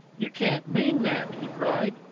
you can't mean that! he cried.